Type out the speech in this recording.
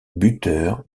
buteur